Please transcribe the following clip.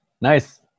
Nice